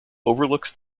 overlooks